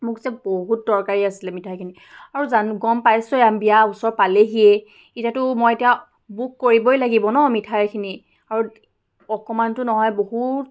মোক যে বহুত দৰকাৰী আছিলে মিঠাইখিনি আৰু জানো গম পাইছই বিয়া ওচৰ পালেহিয়েই এতিয়াতো মই এতিয়া বুক কৰিবই লাগিব ন মিঠাইখিনি আৰু অকণমানতো নহয় বহুত